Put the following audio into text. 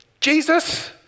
Jesus